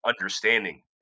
understanding